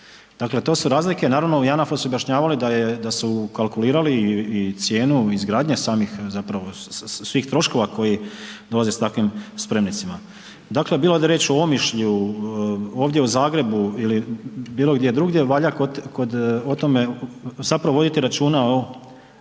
Dakle, to su razlike naravno u JANAF-u su objašnjavali da su ukalkulirali i cijenu izgradnje samih zapravo svih troškova koji dolaze s takvim spremnicima. Dakle, bila riječ o Omišlju, ovdje o Zagrebu ili bilo gdje drugdje valja kod, o tome zapravo voditi računa o